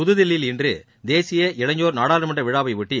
புதுதில்லியில் இன்று தேசிய இளையோர் நாடாளுமன்ற விழாவை ஒட்டி